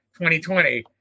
2020